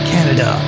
Canada